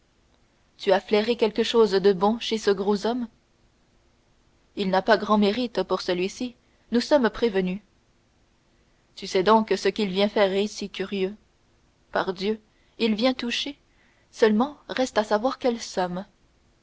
tu as flairé quelque chose de bon chez ce gros homme il n'y a pas grand mérite pour celui-ci nous sommes prévenus tu sais donc ce qu'il vient faire ici curieux pardieu il vient toucher seulement reste à savoir quelle somme